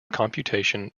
computation